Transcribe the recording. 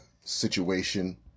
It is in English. situation